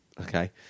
Okay